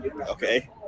okay